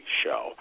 show